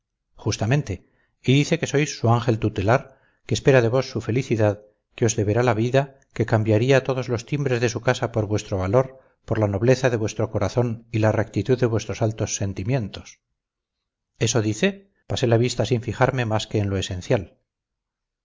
justamente y dice que sois su ángel tutelar que espera de vos su felicidad que os deberá la vida que cambiaría todos los timbres de su casa por vuestro valor por la nobleza de vuestro corazón y la rectitud de vuestros altos sentimientos eso dice pasé la vista sin fijarme más que en lo esencial